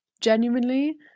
genuinely